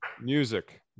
Music